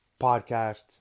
podcast